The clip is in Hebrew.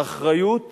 האחריות